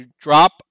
drop